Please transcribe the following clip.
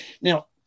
now